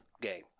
game